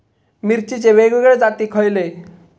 मिरचीचे वेगवेगळे जाती खयले?